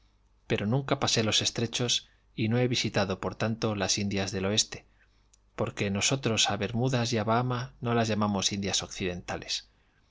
pero nunca pasé los estrechos y no he visitado por tanto las indias del oeste porque nosotros a bermudas y a bahama no las llamamos indias occidentales